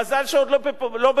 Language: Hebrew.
מזל שעוד לא בפעולה,